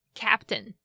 captain 。